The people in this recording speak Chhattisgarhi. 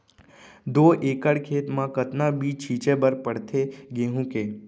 दो एकड़ खेत म कतना बीज छिंचे बर पड़थे गेहूँ के?